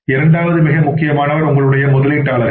இரண்டாவது மிக முக்கியமானவர் உங்கள் முதலீட்டாளர்கள்